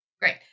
great